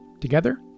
Together